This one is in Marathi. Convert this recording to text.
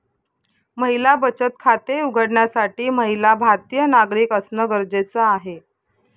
महिला बचत खाते उघडण्यासाठी महिला भारतीय नागरिक असणं गरजेच आहे